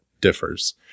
differs